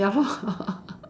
ya lor